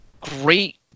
Great